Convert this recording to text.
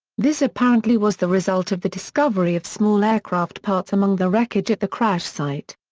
this apparently was the result of the discovery of small aircraft parts among the wreckage at the crash site.